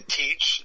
teach